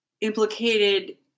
implicated